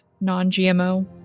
non-GMO